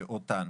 אותן.